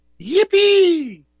Yippee